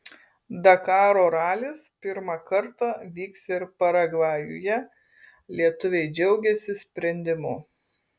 dakaro ralis pirmą kartą vyks ir paragvajuje lietuviai džiaugiasi sprendimu